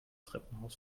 treppenhaus